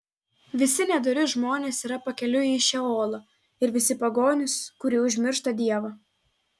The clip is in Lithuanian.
visi nedori žmonės yra pakeliui į šeolą ir visi pagonys kurie užmiršta dievą